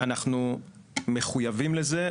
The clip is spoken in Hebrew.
אנחנו מחויבים לזה,